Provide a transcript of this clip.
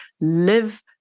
live